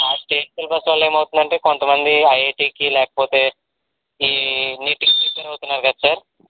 ఆ స్టేట్ సిలబస్వల్లేమవుతుందంటే కొంతమంది ఐఐటీకి లేకపోతే ఈ నీట్కి ప్రిపేర్ అవుతున్నారు కదా సార్